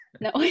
No